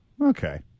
Okay